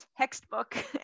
Textbook